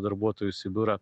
darbuotojus į biurą